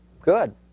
good